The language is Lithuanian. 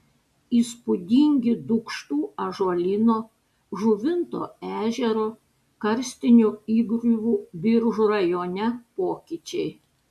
įspūdingi dūkštų ąžuolyno žuvinto ežero karstinių įgriuvų biržų rajone pokyčiai